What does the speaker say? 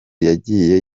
yagiye